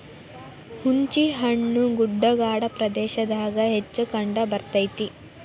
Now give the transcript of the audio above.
ಹುಂಚಿಹಣ್ಣು ಗುಡ್ಡಗಾಡ ಪ್ರದೇಶದಾಗ ಹೆಚ್ಚ ಕಂಡಬರ್ತೈತಿ